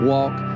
Walk